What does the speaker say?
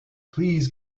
please